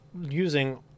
using